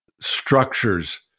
structures